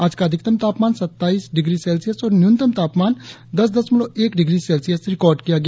आज का अधिकतम तापमान सत्ताईस डिग्री सेल्सियस और न्यूनतम तापमान दश दशमलव एक डिग्री सेल्सियस रिकार्ड किया गया